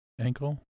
Ankle